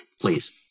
Please